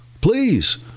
Please